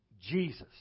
Jesus